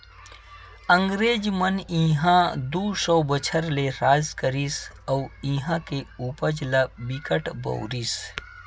अंगरेज मन इहां दू सौ बछर ले राज करिस अउ इहां के उपज ल बिकट बउरिस